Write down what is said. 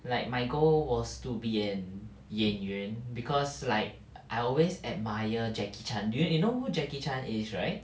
like my goal was to be an 演员 because like I always admire jackie chan do you you know jackie chan is right